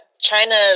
China